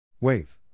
WAVE